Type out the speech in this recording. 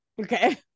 Okay